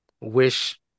wish